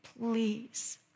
please